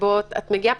את מגיעה,